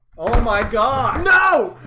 oh my god. no.